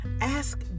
ask